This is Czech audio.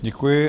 Děkuji.